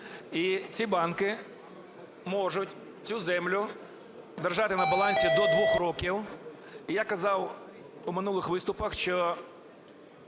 і ці банки можуть цю землю держати на балансі до 2 років. І я казав у минулих виступах, що